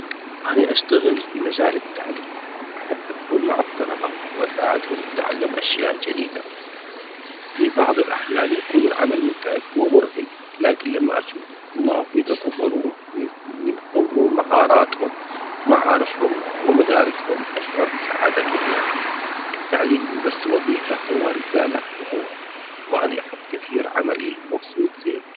أني أشتغل في مجال التعليم، أحب أكون مع الطلبة وأساعدهم في تعلم أشياء جديدة في بعض الأحيان يكون العمل متعب ومرهق لكن لما أشوف الطلاب يتطورون ويطورون مهاراتهم ومعارفهم ومداركهم أشعر بسعادة كبيرة، التعليم مو بس وظيفة هو رسالة و- وأني أحب كثير عملي ومبسوط زين بيه.